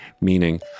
meaning